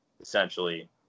essentially